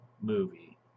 movie